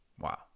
wow